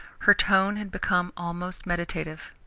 her tone had become almost meditative.